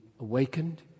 awakened